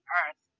earth